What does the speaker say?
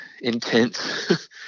intense